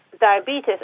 diabetes